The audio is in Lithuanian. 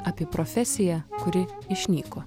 apie profesiją kuri išnyko